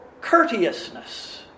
courteousness